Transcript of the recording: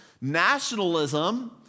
Nationalism